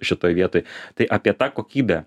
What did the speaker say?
šitoj vietoj tai apie tą kokybę